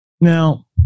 Now